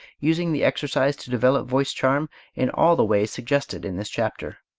using the exercise to develop voice charm in all the ways suggested in this chapter.